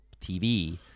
TV